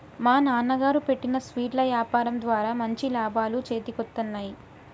మా నాన్నగారు పెట్టిన స్వీట్ల యాపారం ద్వారా మంచి లాభాలు చేతికొత్తన్నయ్